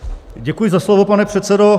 Děkuji za slovo, pane předsedo.